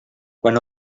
quan